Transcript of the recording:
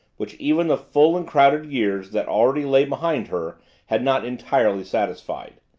which even the full and crowded years that already lay behind her had not entirely satisfied.